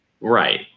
right